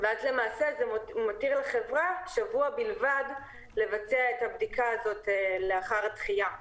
ולמעשה זה מותיר לחברה שבוע בלבד לבצע את הבדיקה הזאת לאחר הדחייה,